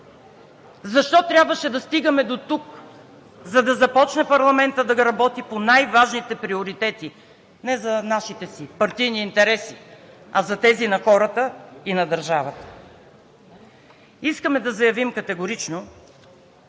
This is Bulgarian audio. Защо трябваше да стигаме дотук, за да започне парламентът да работи по най-важните приоритети – не за нашите си партийни интереси, а за тези на хората и на държавата?! Искаме да заявим категорично,